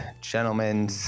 gentlemen